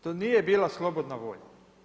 To nije bila slobodna volja.